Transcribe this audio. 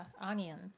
onion